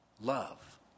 Love